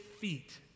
feet